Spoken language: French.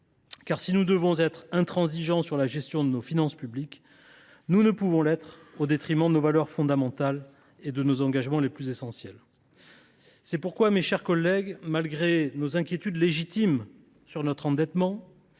Car, si nous devons être intransigeants sur la gestion de nos finances publiques, nous ne pouvons l’être au détriment de nos valeurs fondamentales et de nos engagements les plus essentiels. C’est pourquoi, malgré nos inquiétudes légitimes sur notre endettement,